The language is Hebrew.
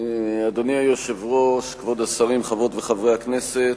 אדוני היושב-ראש, כבוד השרים, חברות וחברי הכנסת,